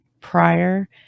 prior